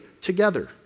together